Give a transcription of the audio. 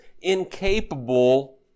incapable